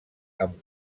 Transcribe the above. amb